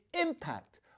impact